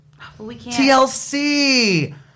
TLC